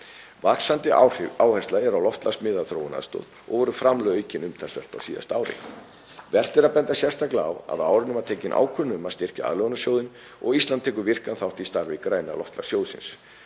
Vaxandi áhersla er á loftslagsmiðaða þróunaraðstoð og voru framlög aukin umtalsvert á síðasta ári. Vert er að benda sérstaklega á að á árinu var tekin ákvörðun um að styrkja aðlögunarsjóðinn og Ísland tekur virkan þátt í starfi græna loftslagssjóðsins.